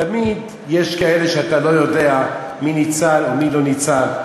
תמיד יש כאלה שאתה לא יודע מי ניצל ומי לא ניצל.